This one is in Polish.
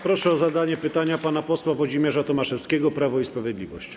Proszę o zadanie pytania pana posła Włodzimierza Tomaszewskiego, Prawo i Sprawiedliwość.